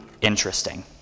interesting